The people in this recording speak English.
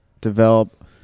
develop